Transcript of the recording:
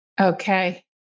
Okay